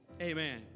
Amen